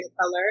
color